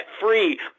free